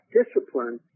discipline